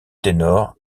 ténor